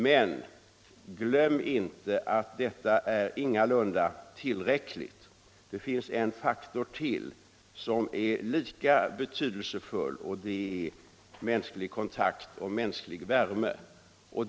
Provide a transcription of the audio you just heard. Men glöm inte att detta ingalunda är tillräckligt. Det finns en faktor till som är lika betydelsefull, nämligen mänsklig kontakt och mänsklig värme.